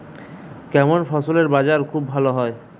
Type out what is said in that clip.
কেমন ফসলের বাজার খুব ভালো হয়?